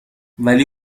ولی